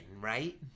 right